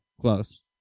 Close